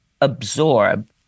absorb